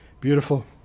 Beautiful